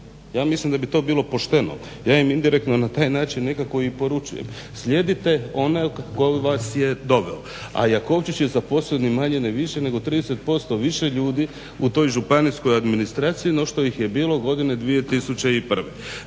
Ja mislim da bi to bilo pošteno. Ja im indirektno na taj način nekako i poručujem slijedite onog koji vas je doveo. A Jakovčić je zaposlio ni manje ni više nego 30% više ljudi u toj županijskoj administraciji no što ih je bilo godine 2001.